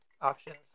options